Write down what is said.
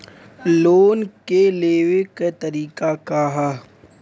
Loan के लेवे क तरीका का ह?